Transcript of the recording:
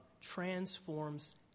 transforms